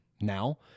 now